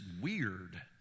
weird